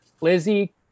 Lizzie